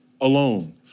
alone